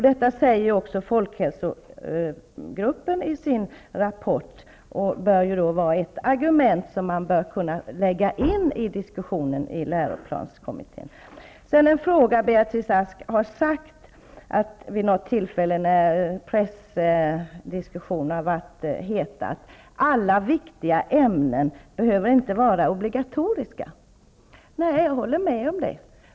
Det säger också folkhälsogruppen i sin rapport, och det bör vara ett argument som bör kunna vägas in i läroplanskommitténs diskussion. När pressdiskussionen har varit het har Beatrice Ask vid något tillfälle sagt att alla viktiga ämnen inte behöver vara obligatoriska. Nej, det håller jag med om.